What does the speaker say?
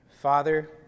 Father